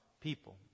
people